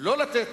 כדי שלא לתת